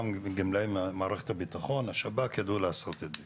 גם גמלאי מערכת הביטחון והשב"כ ידעו לעשות את זה